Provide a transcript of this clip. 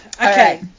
Okay